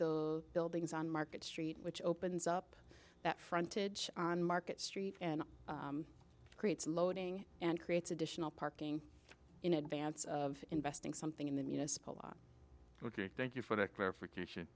the buildings on market street which opens up that frontage on market street and creates loading and creates additional parking in advance of investing something in the municipal law ok thank you for that clarification